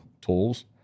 tools